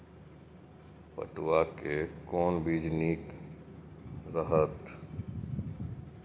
पटुआ के कोन बीज निक रहैत?